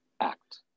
act